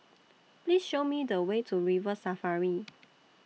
Please Show Me The Way to River Safari